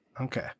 Okay